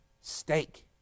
steak